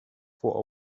for